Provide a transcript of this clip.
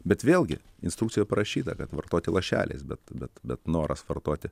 bet vėlgi instrukcijoje parašyta kad vartoti lašeliais bet bet bet noras vartoti